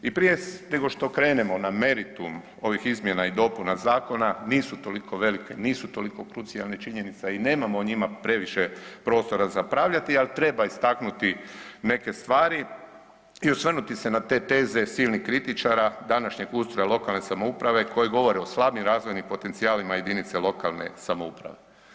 I prije nego što krenemo na meritum ovih izmjena i dopuna zakona, nisu toliko velike, nisu toliko krucijalne činjenica i nemamo o njima previše prostora za raspravljati, al treba istaknuti neke stvari i osvrnuti se na te teze silnih kritičara današnjeg ustroja lokalne samouprave koje govore o slabim razvojnim potencijalima JLS-ova.